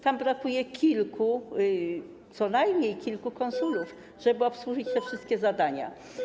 Tam brakuje kilku, co najmniej kilku konsulów, żeby obsłużyć wszystkie zadania.